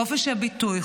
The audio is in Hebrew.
חופש הביטוי,